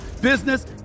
business